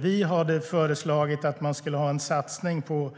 Vi hade föreslagit en satsning på